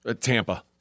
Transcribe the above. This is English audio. Tampa